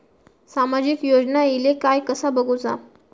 सामाजिक योजना इले काय कसा बघुचा?